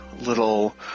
little